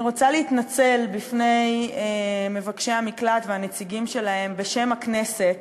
אני רוצה להתנצל בפני מבקשי המקלט והנציגים שלהם בשם הכנסת